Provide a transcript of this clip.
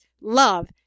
love